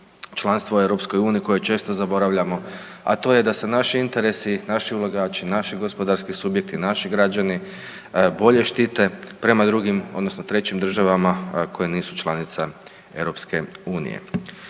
članstva u EU, koje često zaboravljamo, a to je da se naši interesi, naši ulagači, naši gospodarski subjekti, naši građani bolje štite prema drugim, odnosno trećim državama koje nisu članica EU. Isto tako,